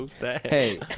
Hey